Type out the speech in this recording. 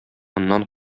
моннан